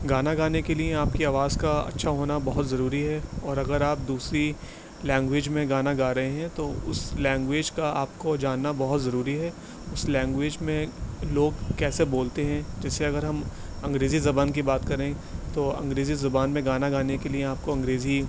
گانا گانے کے لیے آپ کی آواز کا اچھا ہونا بہت ضروری ہے اور اگر آپ دوسری لینگویج میں گانا گا رہے ہیں تو اس لینگویج کا آپ کو جاننا بہت ضروری ہے اس لینگویج میں لوگ کیسے بولتے ہیں جیسے اگر ہم انگریزی زبان کی بات کریں تو انگریزی زبان میں گانا گانے کے لیے آپ کو انگریزی